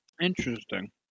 Interesting